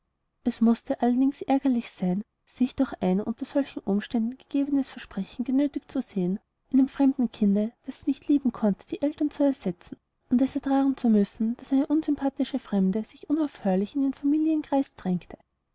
es mußte allerdings ärgerlich sein sich durch ein unter solchen umständen gegebenes versprechen genötigt zu sehen einem fremden kinde das sie nicht lieben konnte die eltern zu ersetzen und es ertragen zu müssen daß eine unsympathische fremde sich unaufhörlich in ihren familienkreis drängte